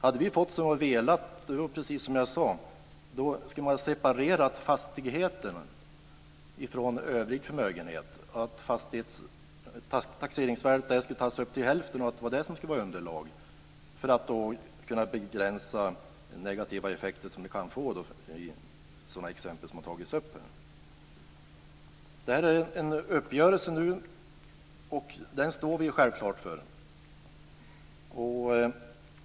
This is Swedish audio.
Hade vi fått som vi velat skulle man, precis som jag sade, ha separerat fastigheterna ifrån övrig förmögenhet, att bara hälften skulle tas upp till taxering, att det skulle vara underlaget för att kunna begränsa sådana negativa effekter som det kan få som har tagits upp här. Nu är det en uppgörelse, och den står vi självklart för.